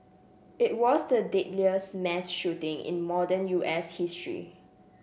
it was the deadliest mass shooting in modern U S history